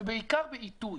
ובעיקר בעיתוי,